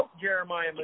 Jeremiah